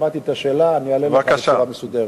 שמעתי את השאלה ואני אענה לך בצורה מסודרת.